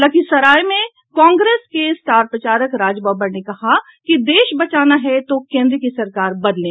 लखीसराय में कांग्रेस के स्टार प्रचारक राज बब्बर ने कहा कि देश बचाना है तो केंद्र की सरकार बदलें